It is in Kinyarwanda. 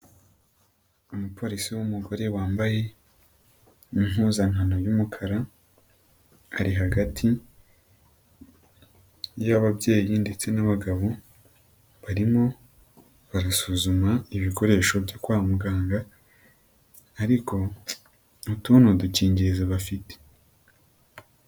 Umupolisi w'umugore wambaye impuzankano y'umukara, ari hagati y'ababyeyi ndetse n'abagabo barimo barasuzuma ibikoresho byo kwa muganga, ariko utuntu ni dukingirizo bafite.